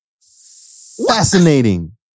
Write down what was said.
Fascinating